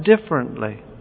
differently